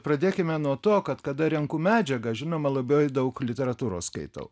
pradėkime nuo to kad kada renku medžiagą žinoma labai daug literatūros skaitau